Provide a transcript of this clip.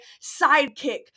sidekick